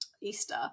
Easter